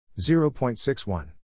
0.61